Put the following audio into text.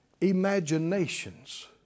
imaginations